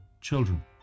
children